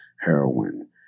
heroin